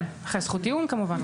כן, אחרי זכות טיעון כמובן,